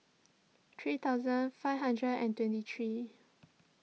three thousand five hundred and twenty three